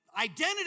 identity